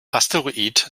asteroid